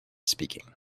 speaking